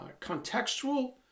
contextual